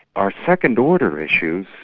our second order issues